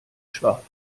schwarz